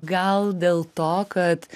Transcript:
gal dėl to kad